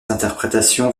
interprétations